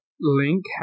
Link